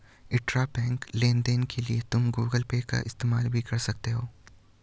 intrabank लेन देन के लिए तुम गूगल पे का इस्तेमाल भी कर सकती हो